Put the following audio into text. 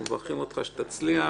אנחנו מברכים אותם שתצליח